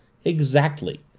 exactly,